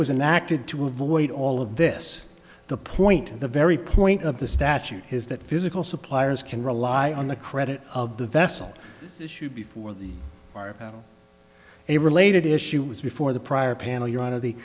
was and acted to avoid all of this the point at the very point of the statute his that physical suppliers can rely on the credit of the vessel before the a related issue was before the prior panel you're out